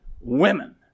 women